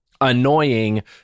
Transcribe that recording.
annoying